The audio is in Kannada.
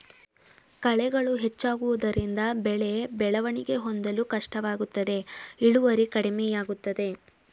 ಕಳೆಗಳು ಹೆಚ್ಚಾಗುವುದರಿಂದ ಬೆಳೆ ಬೆಳವಣಿಗೆ ಹೊಂದಲು ಕಷ್ಟವಾಗುತ್ತದೆ ಇಳುವರಿ ಕಡಿಮೆಯಾಗುತ್ತದೆ